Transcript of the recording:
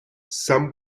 some